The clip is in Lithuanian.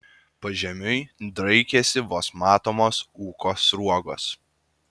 pažemiui draikėsi vos matomos ūko sruogos